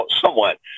somewhat